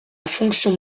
fonction